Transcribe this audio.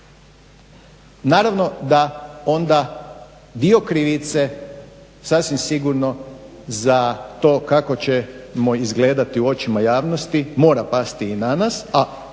Naravno da onda dio krivice sasvim sigurno za to kako ćemo izgledati u očima javnosti mora pasti i na nas, a